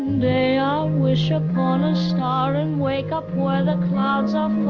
someday i'll wish upon a star and wake up where the clouds are